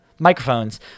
Microphones